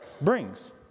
brings